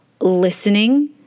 listening